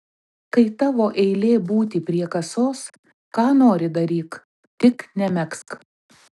kai tavo eilė būti prie kasos ką nori daryk tik nemegzk